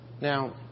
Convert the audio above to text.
Now